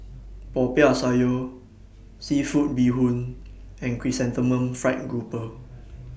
Popiah Sayur Seafood Bee Hoon and Chrysanthemum Fried Grouper